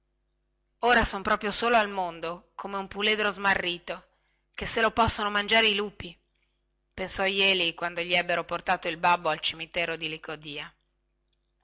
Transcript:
ora son proprio solo al mondo come un puledro smarrito che se lo possono mangiare i lupi pensò jeli quando gli ebbero portato il babbo al cimitero di licodia